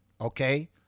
okay